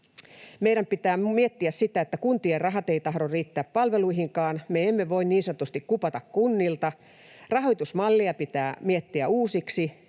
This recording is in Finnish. Meidän pitää miettiä sitä, että kuntien rahat eivät tahdo riittää palveluihinkaan — me emme voi niin sanotusti kupata kunnilta. Rahoitusmallia pitää miettiä uusiksi,